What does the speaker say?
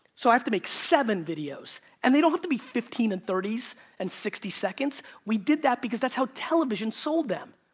so i have to make seven videos. and they don't have to be fifteen and thirty s and sixty seconds, we did that because that's how television sold them.